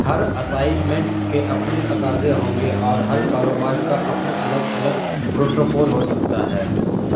ہر assignment کے اپنے تقاضے ہوں گے اور ہر کاروبار کا اپنا الگ الگ پروٹوکول ہو سکتا ہے